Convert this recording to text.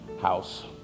house